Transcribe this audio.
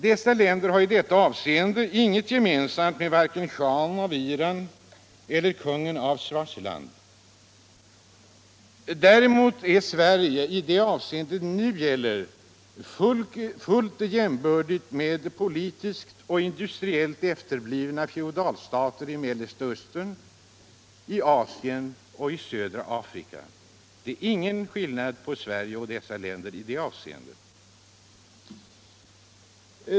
Dessa länder har i detta avseende inget gemensamt med varken schahen av Iran eller kungen av Swaziland. Däremot är Sverige — i det avseende det nu gäller — fullt jämbördigt med politiskt och industriellt efterblivna feodalstater i Mellersta Östern, Asien och södra Afrika. Det är ingen skillnad på Sverige och dessa länder i det avseendet.